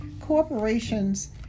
corporations